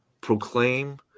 proclaim